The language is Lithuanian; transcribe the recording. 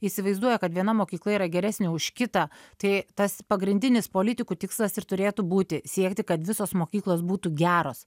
įsivaizduoja kad viena mokykla yra geresnė už kitą tai tas pagrindinis politikų tikslas ir turėtų būti siekti kad visos mokyklos būtų geros